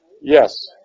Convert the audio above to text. Yes